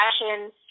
fashion